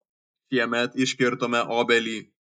šiemet iškirtome obelį